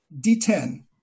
d10